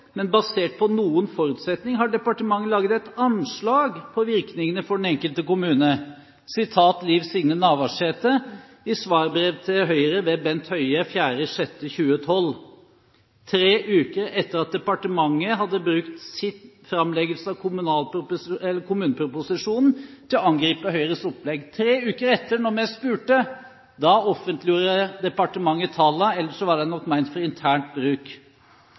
men basert på noen forutsetninger har departementet laget et anslag på virkningene for den enkelte kommune.» Sitatet er fra statsråd Liv Signe Navarsetes svarbrev til Høyre, ved Bent Høie, 4. juni 2012 – tre uker etter at departementet hadde brukt sin framleggelse av kommuneproposisjonen til å angripe Høyres opplegg. Tre uker etter, da vi spurte, offentliggjorde departementet tallene, ellers var de nok ment for internt bruk.